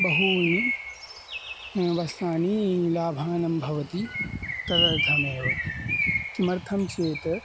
बहूनि वस्त्रानि लाभाः भवति तदर्थमेव किमर्थं चेत्